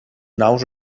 naus